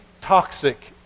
toxic